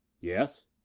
Yes